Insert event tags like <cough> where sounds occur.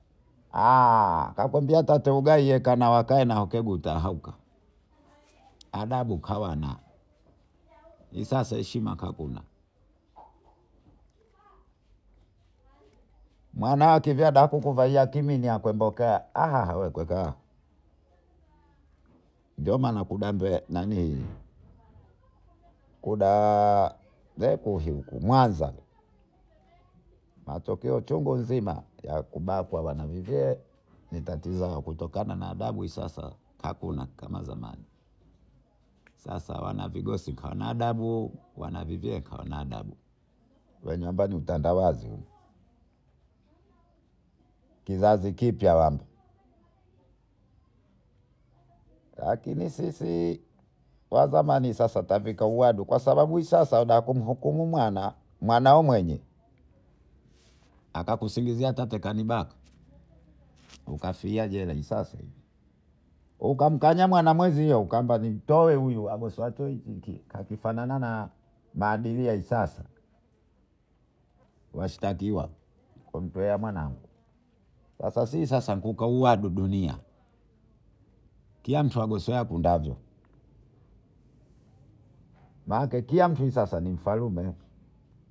<hesitation> kakwambia kateugae kanaeugakateugekeguta hauka adabu kawana isasa heshima haguna mwanaekiviadakuvaia kimini akuondokea <hesitation> <unintelligible> ndio mana. Lekuhuku Mwanza matokeo chungu mzima ya kubakwa wanavive nitatiza kutokana na adabu sasa hakuna kama zamani sasa wanavigosi kawanadabu wanavive kawanadabu kuwe nyumbani utandawazi. Kizazi kipya lakini sisi wazamani sasa tutafika uwadu kwa sababu sasa kwa kumuhukumu mwana mwanaomwenye akakuzingizia sasa kanibaka ukafia jela sasahivi ukamjanyamwana mwenzio kwamba nimtoe huyu <unintelligible> kakifana na maadili yakisasa washitakiwa wamtoleamwanangu sasa si sasaukauwagu dunia kila mtu nangodisiavyondavo manake kila mtu sasa nimfalume.